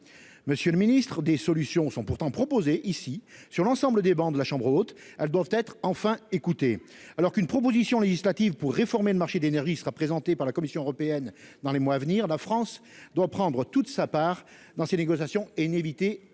Monsieur le ministre, des solutions sont pourtant proposées sur l'ensemble des travées de la chambre haute : elles doivent être enfin écoutées ! Alors qu'une proposition législative pour réformer le marché de l'énergie sera présentée par la Commission européenne dans les mois à venir, la France doit prendre toute sa part dans ces négociations, en n'évitant